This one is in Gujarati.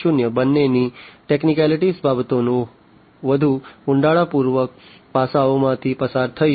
0 બંનેની ટેકનિકલ બાબતોના વધુ ઊંડાણપૂર્વકના પાસાઓમાંથી પસાર થઈશું